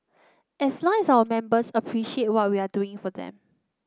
as long as our members appreciate what we are doing for them